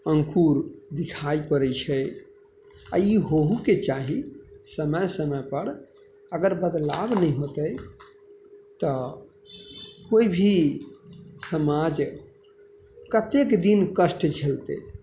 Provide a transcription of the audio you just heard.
अङ्कुर दिखाइ पड़ै छै आओर ई होबहोके चाही समय समयपर अगर बदलाव नहि हेतै तऽ कोई भी समाज कतेक दिन कष्ट झेलतै